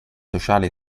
sociale